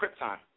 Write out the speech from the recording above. Krypton